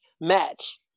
match